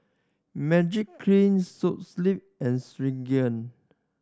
Magiclean So Sleep and